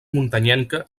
muntanyenca